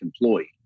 employee